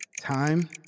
Time